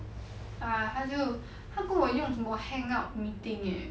ah 他就他跟我用什么 hangout meeting leh